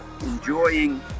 enjoying